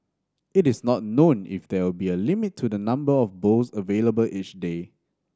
it is not known if there will be a limit to the number of bowls available each day